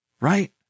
right